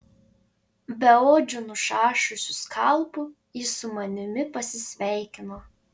beodžiu nušašusiu skalpu jis su manimi pasisveikino